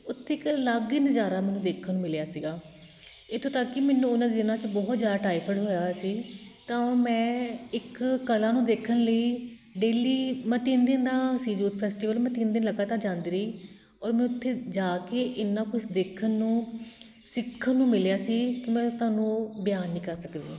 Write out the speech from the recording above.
ਉੱਥੇ ਇੱਕ ਅਲੱਗ ਹੀ ਨਜ਼ਾਰਾ ਮੈਨੂੰ ਦੇਖਣ ਨੂੰ ਮਿਲਿਆ ਸੀਗਾ ਇੱਥੋਂ ਤੱਕ ਕਿ ਮੈਨੂੰ ਉਹਨਾਂ ਦਿਨਾਂ 'ਚ ਬਹੁਤ ਜ਼ਿਆਦਾ ਟਾਈਫਾਈਡ ਹੋਇਆ ਹੋਇਆ ਸੀ ਤਾਂ ਮੈਂ ਇੱਕ ਕਲਾ ਨੂੰ ਦੇਖਣ ਲਈ ਡੇਲ੍ਹੀ ਮੈਂ ਤਿੰਨ ਦਿਨ ਦਾ ਸੀ ਯੂਥ ਫੈਸਟੀਵਲ ਮੈਂ ਤਿੰਨ ਦਿਨ ਲਗਾਤਾਰ ਜਾਂਦੀ ਰਹੀ ਔਰ ਮੈਂ ਉੱਥੇ ਜਾ ਕੇ ਇੰ ਕਿ ਤੁਹਾਨੂੰ ਉਹ ਬਿਆਨ ਨਹੀਂ ਕਰ ਸਕਦੀ